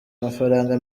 amafaranga